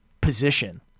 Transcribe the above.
position